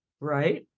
Right